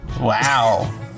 wow